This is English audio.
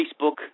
Facebook